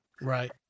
Right